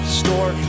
store